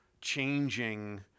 changing